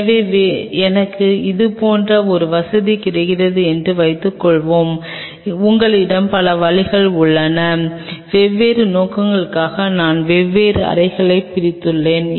எனவே எனக்கு இது போன்ற ஒரு வசதி கிடைக்கிறது என்று வைத்துக்கொள்வதற்கு உங்களிடம் பல வழிகள் உள்ளன வெவ்வேறு நோக்கங்களுக்காக நான்கு வெவ்வேறு அறைகளாகப் பிரித்தேன்